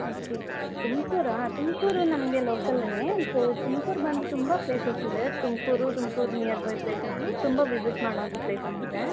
okay ತುಮಕೂರಾ ತುಮಕೂರು ನಮಗೆ ಲೋಕಲ್ಲೆ ಸೊ ತುಮಕೂರ್ ಬಂದು ತುಂಬ ಪ್ಲೇಸಸ್ ಇದೆ ತುಮಕೂರು ತುಮಕೂರ್ ನಿಯರ್ಬೈ ಪ್ಲೇಸಸು ತುಂಬ ವಿಸಿಟ್ ಮಾಡೋಂಥ ಪ್ಲೇಸಸಿದೆ